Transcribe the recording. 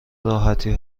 راحتی